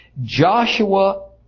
Joshua